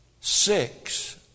six